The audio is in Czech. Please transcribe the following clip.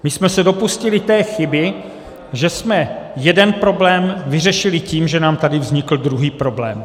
My jsme se dopustili té chyby, že jsme jeden problém vyřešili tím, že nám tady vznikl druhý problém.